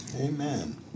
Amen